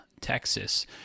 Texas